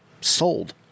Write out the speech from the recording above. Sold